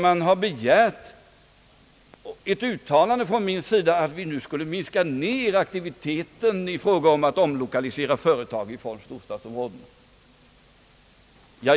Man har begärt ett uttalande från min sida om att vi nu skulle minska aktiviteten i fråga om att omlokalisera företag från storstadsområdena.